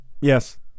Yes